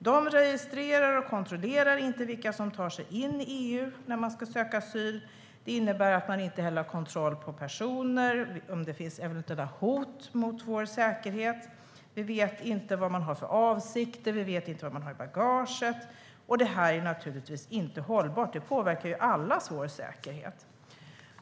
De registrerar och kontrollerar inte vilka som tar sig in i EU och ska söka asyl. Det innebär att man inte heller har kontroll på personer eller om det finns eventuella hot mot vår säkerhet. Vi vet inte vad de har för avsikter och vad de har i bagaget. Detta är naturligtvis inte hållbart. Det påverkar allas vår säkerhet.